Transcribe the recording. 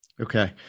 Okay